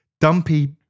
dumpy